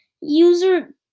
User